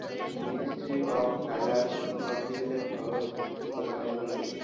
ministry of ফাইলালস ছব জিলিসের খরচ ব্যাপার গুলান দ্যাখে